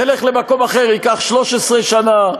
תלך למקום אחר, ייקח 13 שנה.